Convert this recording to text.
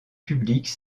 publique